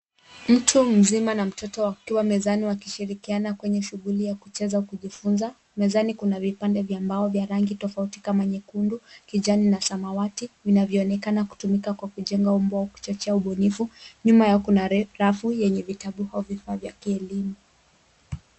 Mtu mzima na mtoto wakiwa mezani wa kishirikiana kwenye shughuli ya kucheza kujifunza. Mezani kuna vipande vya mbao vya rangi tofauti kama nyekundu, kijani na samawati vinavyoonekana kutumika kwa kujenga umbo wa kuchochea ubunifu. Nyuma yao kuna rafu yenye vitabu au vifaa vya kielimu.